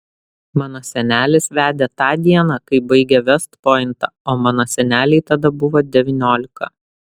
mano senelis vedė tą dieną kai baigė vest pointą o mano senelei tada buvo devyniolika